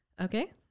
okay